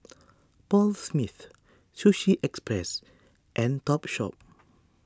Paul Smith Sushi Express and Topshop